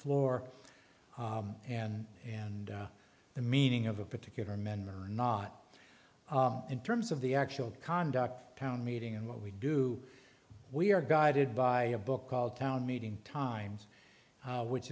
floor and and the meaning of a particular men are not in terms of the actual conduct town meeting and what we do we are guided by a book called town meeting times which